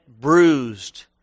bruised